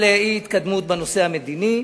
מדברת על אי-התקדמות בנושא המדיני.